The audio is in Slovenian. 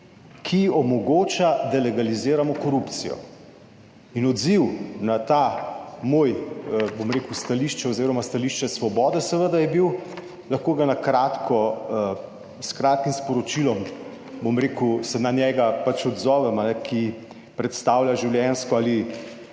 ki omogoča, da legaliziramo korupcijo. In odziv na ta moj, bom rekel, stališče oziroma stališče Svobode seveda je bil, lahko ga na kratko s kratkim sporočilom, bom rekel, se na njega odzovem, ki predstavlja življenjsko ali